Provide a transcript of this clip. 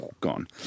Gone